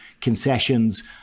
concessions